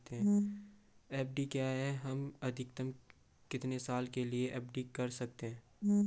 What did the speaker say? FD क्या है हम अधिकतम कितने साल के लिए एफ.डी कर सकते हैं?